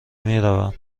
میروم